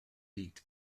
elite